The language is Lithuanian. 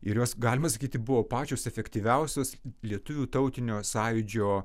ir jos galima sakyti buvo pačios efektyviausios lietuvių tautinio sąjūdžio